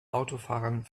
autofahrern